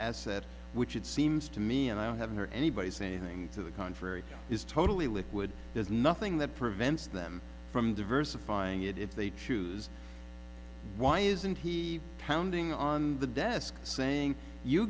asset which it seems to me and i haven't heard anybody say anything to the contrary is totally liquid there's nothing that prevents them from diversifying it if they choose why isn't he pounding on the desk saying you